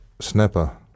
snapper